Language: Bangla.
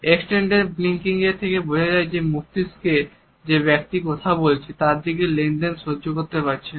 এক্সটেন্ডেন্ড ব্লিংকিং থেকে বোঝা যায় যে মস্তিষ্ক যে ব্যক্তি কথা বলছে তার সাথে লেনদেন সহ্য করতে পারছো না